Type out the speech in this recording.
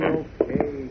okay